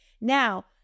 Now